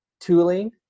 tooling